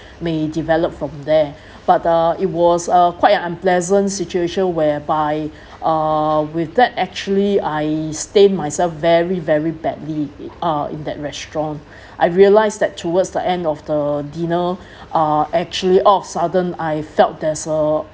may develop from there but uh it was a quite an unpleasant situation whereby uh with that actually I stained myself very very badly uh in that restaurant I realised that towards the end of the dinner uh actually out of sudden I felt there's a